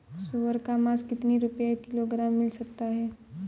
सुअर का मांस कितनी रुपय किलोग्राम मिल सकता है?